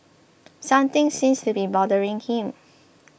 something seems to be bothering him